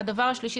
והדבר השלישי,